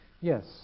Yes